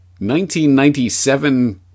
1997